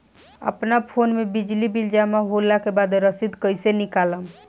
अपना फोन मे बिजली बिल जमा होला के बाद रसीद कैसे निकालम?